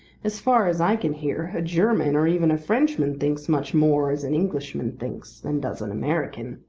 as far as i can hear a german or even a frenchman thinks much more as an englishman thinks than does an american.